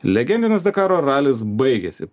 legendines dakaro ralis baigėsi